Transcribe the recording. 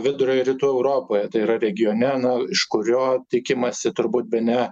vidurio ir rytų europoje tai yra regione nu iš kurio tikimasi turbūt bene